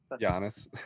Giannis